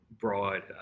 broad